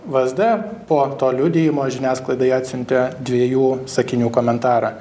vsd po to liudijimo žiniasklaidai atsiuntė dviejų sakinių komentarą